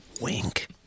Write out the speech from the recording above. Wink